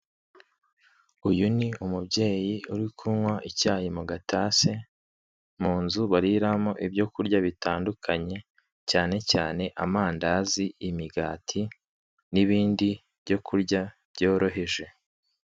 Uyu ni umubyeyi uri kunywa icyayi mu gatasi, mu nzu bariramo ibyo kurya bitandukanye, cyane cyane amandazi, imigati n'ibindi byo kurya byoroheje.